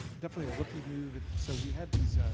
ah definitely a rookie move. so we had these,